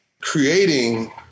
creating